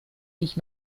ich